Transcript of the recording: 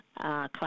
class